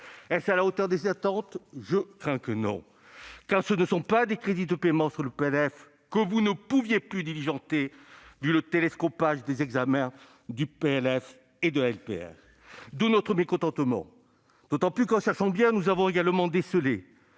est-ce à la hauteur de nos attentes ? Je crains que non, car ce ne sont pas des crédits de paiement sur le PLF, que vous ne pouviez plus diligenter vu le télescopage des examens du PLF et de la LPR. D'où notre mécontentement, d'autant qu'en cherchant bien nous avons également décelé